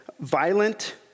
violent